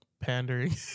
pandering